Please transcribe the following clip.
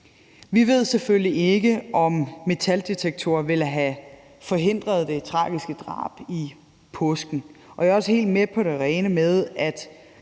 Vi ved selvfølgelig ikke, om metaldetektorer ville have forhindret det tragiske drab i påsken. Jeg er også helt på det rene med, at